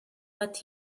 but